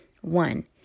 One